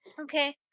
Okay